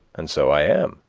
and so i am.